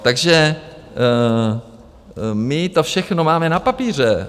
Takže my to všechno máme na papíře.